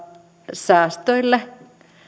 säästöille